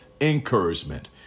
encouragement